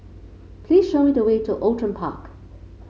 please show me the way to Outram Park